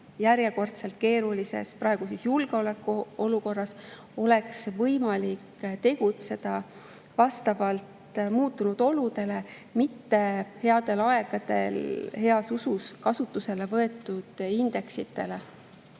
järjekordses keerulises olukorras, praegu siis keerulises julgeolekuolukorras oleks võimalik tegutseda vastavalt muutunud oludele, mitte headel aegadel heas usus kasutusele võetud indeksitele.